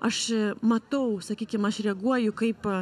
aš matau sakykim aš reaguoju kaip